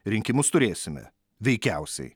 rinkimus turėsime veikiausiai